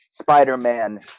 spider-man